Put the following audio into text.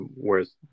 whereas